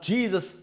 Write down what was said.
Jesus